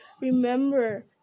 Remember